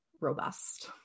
robust